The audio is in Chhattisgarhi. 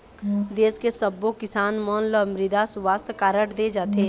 देस के सब्बो किसान मन ल मृदा सुवास्थ कारड दे जाथे